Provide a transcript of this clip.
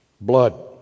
blood